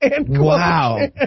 Wow